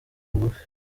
rugufi